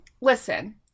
listen